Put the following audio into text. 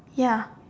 ya